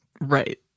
Right